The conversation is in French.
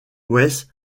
wes